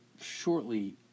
shortly